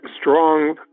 strong